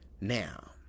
now